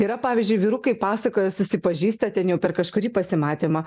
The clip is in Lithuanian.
yra pavyzdžiui vyrukai pasakoja susipažįsta ten jau per kažkurį pasimatymą